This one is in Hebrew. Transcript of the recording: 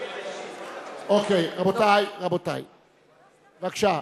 רבותי, בבקשה.